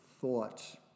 thoughts